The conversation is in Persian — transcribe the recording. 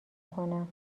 کنم